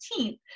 18th